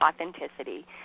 authenticity